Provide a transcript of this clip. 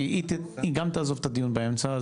כי היא גם תעזוב את הדיון באמצע.